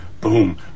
boom